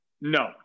No